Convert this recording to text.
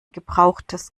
gebrauchtes